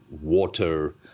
water